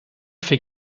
fait